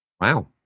Wow